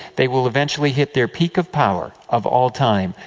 they will eventually hit their peak of power, of all time,